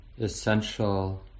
essential